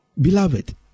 beloved